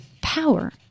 power